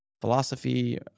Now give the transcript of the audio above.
philosophy